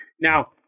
Now